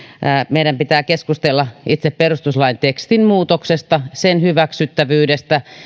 meidän pitää keskustella itse perustuslain tekstin muutoksesta sen hyväksyttävyydestä